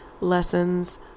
lessons